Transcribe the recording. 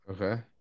Okay